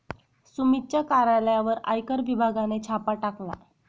सुमितच्या कार्यालयावर आयकर विभागाने छापा टाकला